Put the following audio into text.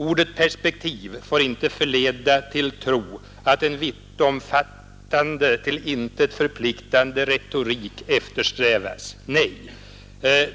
Ordet perspektiv får inte förleda till tro att en vittomfattande, till intet förpliktande retorik eftersträvas. Nej,